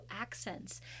Accents